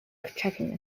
checking